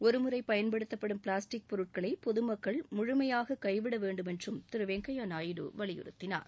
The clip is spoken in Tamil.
ஒருமுறைப் பயன்படுத்தப்படும் பிளாஸ்டிக் பொருட்களை பொதுமக்கள் முழுமையாக கைவிட வேண்டுமென்று திரு வெங்கையா நாயுடு வலியுறுத்தினார்